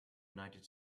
united